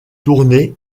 tourner